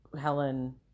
Helen